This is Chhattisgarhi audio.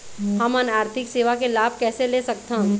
हमन आरथिक सेवा के लाभ कैसे ले सकथन?